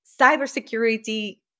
cybersecurity